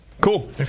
Cool